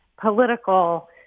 political